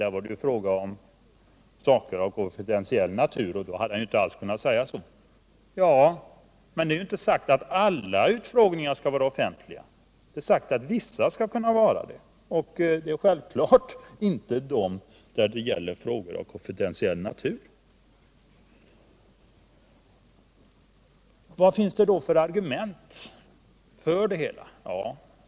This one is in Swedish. Där var det ju fråga om saker av konfidentiell natur, och om den varit offentlig hade han ju inte alls kunnat svara. Men det är inte sagt att alla utfrågningar skall vara offentliga. Det är sagt att vissa skall kunna vara det — självklart inte sådana som gäller frågor av konfidentiell natur. Vad finns det då för argument för detta?